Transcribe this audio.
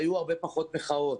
היו הרבה פחות מחאות,